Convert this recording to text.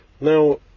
now